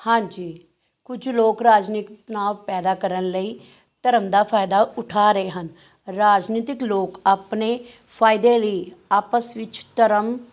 ਹਾਂਜੀ ਕੁਝ ਲੋਕ ਰਾਜਨੀਤਿਕ ਤਨਾਅ ਪੈਦਾ ਕਰਨ ਲਈ ਧਰਮ ਦਾ ਫ਼ਾਇਦਾ ਉਠਾ ਰਹੇ ਹਨ ਰਾਜਨੀਤਿਕ ਲੋਕ ਆਪਣੇ ਫ਼ਾਇਦੇ ਲਈ ਆਪਸ ਵਿੱਚ ਧਰਮ